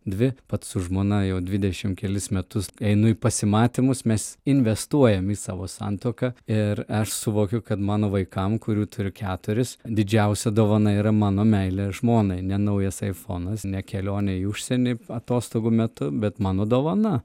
dvi pats su žmona jau dvidešimt kelis metus einu į pasimatymus mes investuojam į savo santuoką ir aš suvokiu kad mano vaikam kurių turiu keturis didžiausia dovana yra mano meilė žmonai ne naujas aifonas ne kelionė į užsienį atostogų metu bet mano dovana